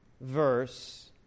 verse